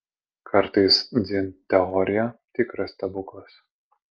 kartais dzin teorija tikras stebuklas